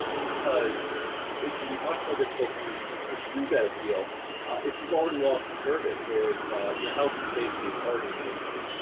because it can be much more difficult to pursue that appeal if you've already lost the service or if your health and safety is already endangered.